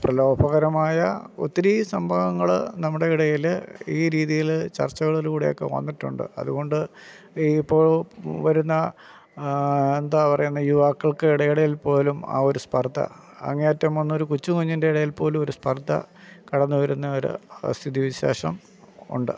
പ്രലോഭനപരമായ ഒത്തിരി സംഭവങ്ങൾ നമ്മുടെ ഇടയിൽ ഈ രീതിയിൽ ചർച്ചകളിലൂടെയൊക്ക വന്നിട്ടുണ്ട് അതുകൊണ്ട് ഈ ഇപ്പോൾ വരുന്ന എന്താണ് പറയുന്നത് യുവാക്കൾക്ക് ഇടയിൽ പോലും ആ ഒരു സ്പർധ അങ്ങേയറ്റം വന്നൊരു കൊച്ചു കുഞ്ഞിൻ്റെ ഇടയിൽ പോലും ഒരു സ്പർധ കടന്നുവ രുന്ന ഒരു സ്ഥിതിവിശേഷം ഉണ്ട്